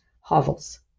hovels